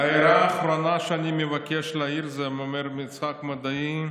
"ההערה האחרונה שאני מבקש להעיר" את זה אומר יצחק מודעי,